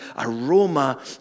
aroma